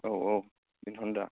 औ औ बेनोथ' दा